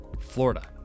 Florida